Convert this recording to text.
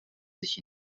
sich